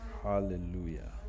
Hallelujah